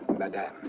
madame.